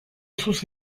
sus